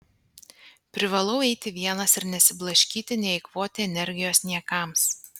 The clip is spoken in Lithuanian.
privalau eiti vienas ir nesiblaškyti neeikvoti energijos niekams